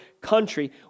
country